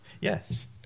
Yes